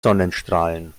sonnenstrahlen